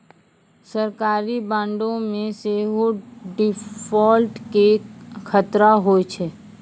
सरकारी बांडो मे सेहो डिफ़ॉल्ट के खतरा होय छै